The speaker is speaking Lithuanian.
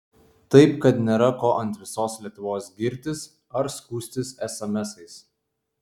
taip kad nėra ko ant visos lietuvos girtis ar skųstis esemesais